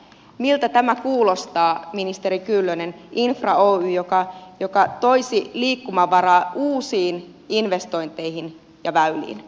miltä tämä kuulostaa ministeri kyllönen infra oy joka toisi liikkumavaraa uusiin investointeihin ja väyliin